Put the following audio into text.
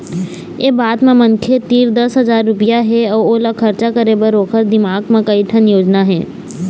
ए बात म मनखे तीर दस हजार रूपिया हे अउ ओला खरचा करे बर ओखर दिमाक म कइ ठन योजना हे